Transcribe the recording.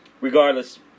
Regardless